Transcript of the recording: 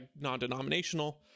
non-denominational